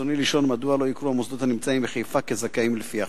רצוני לשאול: מדוע לא יוכרו המוסדות הנמצאים בחיפה כזכאים לפי החוק?